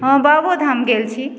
हँ बाबो धाम गेल छी